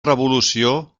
revolució